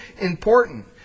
important